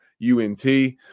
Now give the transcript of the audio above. UNT